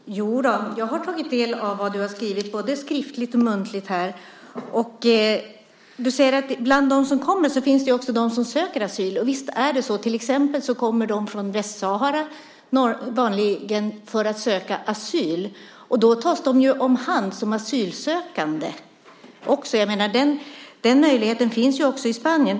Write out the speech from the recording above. Herr talman! Jodå, jag har tagit del av vad Tobias Billström har svarat både skriftligt och muntligt. Tobias Billström säger att bland dem som kommer finns det också de som söker asyl, och visst är det så. Till exempel kommer de vanligen från Västsahara för att söka asyl, och då tas de om hand som asylsökande. Den möjligheten finns också i Spanien.